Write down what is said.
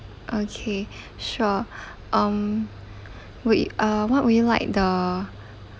okay sure um we uh what would you like the